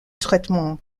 traitements